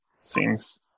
seems